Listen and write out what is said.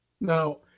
Now